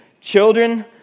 children